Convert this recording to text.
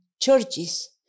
churches